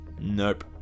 Nope